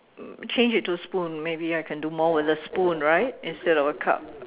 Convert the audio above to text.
um change it to spoon maybe I can do more with a spoon right instead of a cup